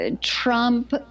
trump